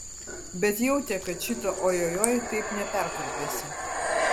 bet jautė kad šito ojojoi taip neperkalbėsi